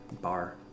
bar